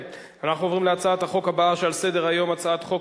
אנחנו עוברים להצעת החוק הבאה על סדר-היום: הצעת חוק